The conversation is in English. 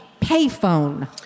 payphone